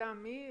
מטעם מי?